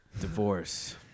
Divorce